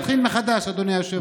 אני אתחיל מחדש, אדוני היושב-ראש.